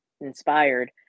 inspired